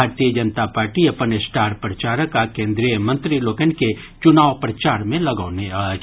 भारतीय जनता पार्टी अपन स्टार प्रचारक आ केन्द्रीय मंत्री लोकनि के चुनाव प्रचार मे लगौने अछि